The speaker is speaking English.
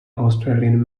australian